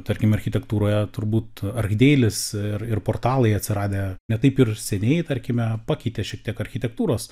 tarkim architektūroje turbūt argdeilis ir ir portalai atsiradę ne taip ir seniai tarkime pakeitė šiek tiek architektūros